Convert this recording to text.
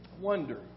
wonder